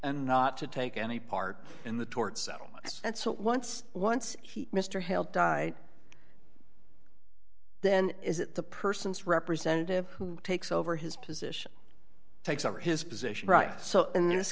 and not to take any part in the tort settlements and so once once he mr hale died then is it the person's representative who takes over his position takes over his position right so in this